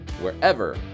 wherever